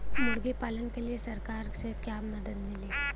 मुर्गी पालन के लीए सरकार से का मदद मिली?